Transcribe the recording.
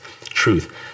Truth